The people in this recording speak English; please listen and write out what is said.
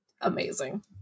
amazing